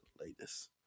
latest